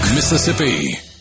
Mississippi